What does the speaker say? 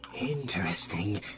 Interesting